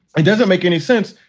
it doesn't make any sense,